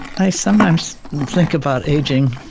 i sometimes think about aging.